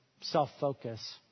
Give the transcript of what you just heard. self-focus